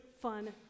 fun